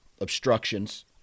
obstructions